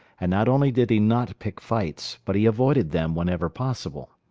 and not only did he not pick fights, but he avoided them whenever possible.